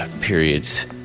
periods